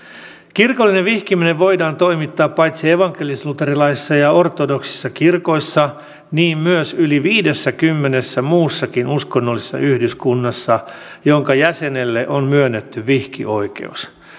kirkollinen vihkiminen voidaan toimittaa paitsi evankelisluterilaisissa ja ortodoksisissa kirkoissa myös yli viidessäkymmenessä muussa uskonnollisessa yhdyskunnassa jonka jäsenelle on myönnetty vihkioikeus